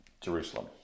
Jerusalem